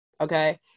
okay